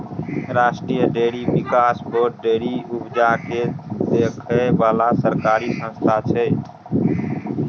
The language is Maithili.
राष्ट्रीय डेयरी बिकास बोर्ड डेयरी उपजा केँ देखै बला सरकारी संस्था छै